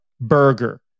burger